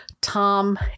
Tom